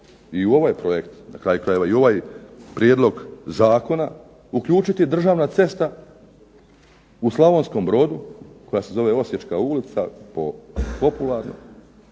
i u ovaj projekt, na kraju krajeva i u ovaj prijedlog zakona uključiti državna cesta u Slavonskom Brodu koja se zove Osječka ulica popularno